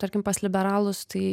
tarkim pas liberalus tai